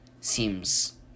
seems